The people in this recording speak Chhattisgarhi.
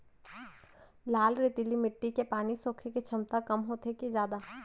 लाल रेतीली माटी के पानी सोखे के क्षमता कम होथे की जादा?